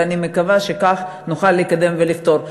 ואני מקווה שכך נוכל לקדם ולפתור.